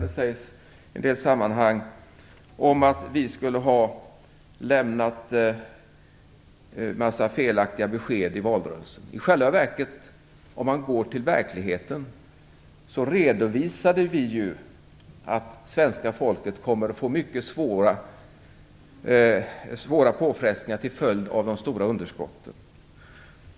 Det sägs att vi skulle ha lämnat en mängd felaktiga besked i valrörelsen. Om man går till verkligheten kan man se att vi redovisade att svenska folket skulle komma att få mycket svåra påfrestningar till följd av de stora underskotten.